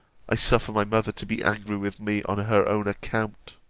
i suffer my mother to be angry with me on her own account.